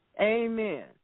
Amen